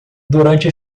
durante